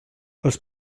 els